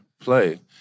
play